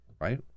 right